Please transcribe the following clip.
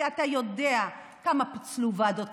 כי אתה יודע כמה פיצלו ועדות,